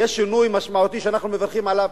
יש שינוי משמעותי, ואנחנו מברכים עליו.